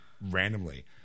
randomly